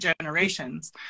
generations